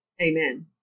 amen